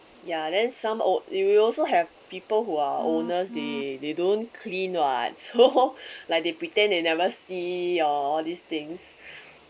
ya then some own~ it will also have people who are owners they they don't clean what so like they pretend they never see all these things